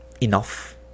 enough